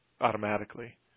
automatically